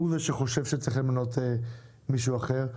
שחושב שצריך למנות מישהו אחר,